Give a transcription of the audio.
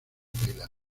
tailandia